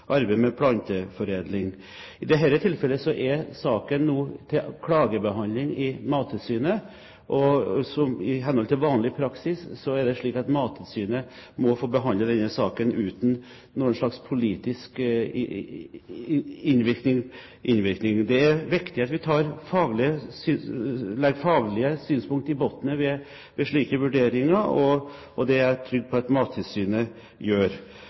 med planteforedling. I dette tilfellet er saken nå til klagebehandling i Mattilsynet. I henhold til vanlig praksis er det slik at Mattilsynet må få behandle denne saken uten noen slags politisk påvirkning. Det er viktig at vi legger faglige synspunkter i bunnen ved slike vurderinger, og det er jeg trygg på at Mattilsynet gjør.